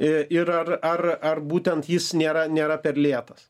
ir ar ar ar būtent jis nėra nėra per lėtas